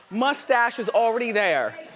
mustache is already there.